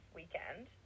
weekend